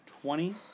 twenty